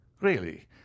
Really